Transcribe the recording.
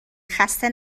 خسته